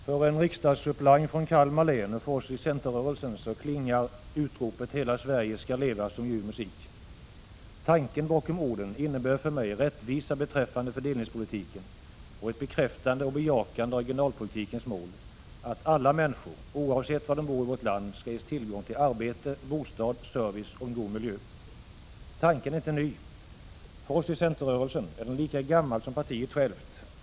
Herr talman! För en ersättare i riksdagen från Kalmar län och för oss i centerrörelsen klingar utropet ”Hela Sverige skall leva!” som ljuv musik. Tanken bakom orden innebär för mig rättvisa beträffande fördelningspolitiken och ett bekräftande och ett bejakande av regionalpolitikens mål: att alla människor oavsett var de bor i vårt land skall ges tillgång till arbete, bostad, service och en god miljö. Tanken är inte ny. För oss i centerrörelsen är den lika gammal som partiet självt.